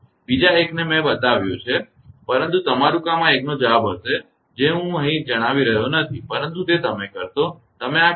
બીજા એકને મેં બનાવ્યો છે પરંતુ તમારું કામ આ એકનો જવાબ હશે જે હું અહીં જણાવી રહ્યો નથી પરંતુ તમે તે કરશો તમે આ કરશો